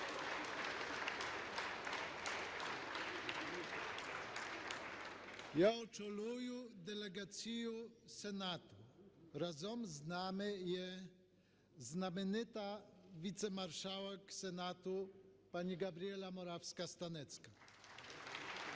Я очолюю делегацію Сенату. Разом з нами є знаменита Віцемаршалок Сенату пані Габріела Моравська-Станецька.